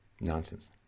Nonsense